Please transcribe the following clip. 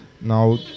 Now